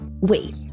wait